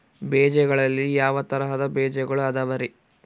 ಬೇಜಗಳಲ್ಲಿ ಯಾವ ತರಹದ ಬೇಜಗಳು ಅದವರಿ?